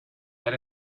had